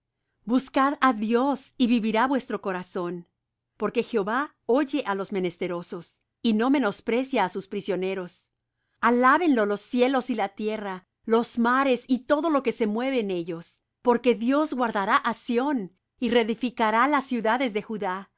buscad á dios y vivirá vuestro corazón porque jehová oye á los menesterosos y no menosprecia á sus prisioneros alábenlo los cielos y la tierra los mares y todo lo que se mueve en ellos porque dios guardará á sión y reedificará las ciudades de judá